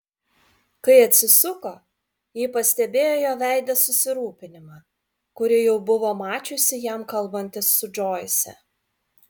kai atsisuko ji pastebėjo jo veide susirūpinimą kurį jau buvo mačiusi jam kalbantis su džoise